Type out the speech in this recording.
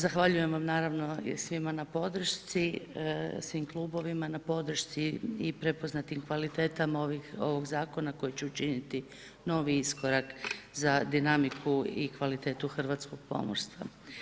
Zahvaljujem vam naravno svima na podršci, svim klubovima na podršci i prepoznatim kvalitetama ovog zakona koji će učiniti novi iskorak za dinamiku i kvalitetu hrvatskog pomorstva.